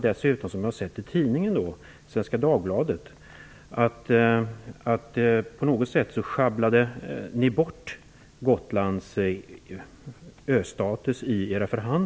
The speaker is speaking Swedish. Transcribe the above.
Dessutom har jag sett i tidningen, Svenska Dagbladet, att på något sätt sjabblade ni bort Gotland''.